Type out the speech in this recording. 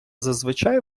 зазвичай